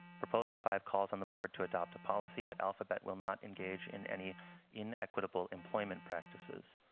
proposal five calls on the board to adopt a policy that alphabet will not engage in any inequitable employment practices.